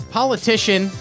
politician